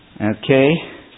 okay